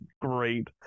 great